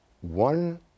One